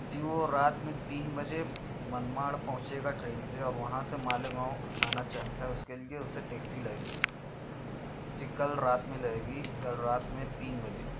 جی وہ رات میں تین بجے منماڈ پہونچے گا ٹرین سے اور وہاں سے مالیگاؤں آنا چاہتا ہے اس کے لئے اسے ٹیکسی لائے گی جی کل رات میں لائے گی کل رات میں تین بجے